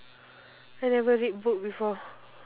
I never read book before